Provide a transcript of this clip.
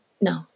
No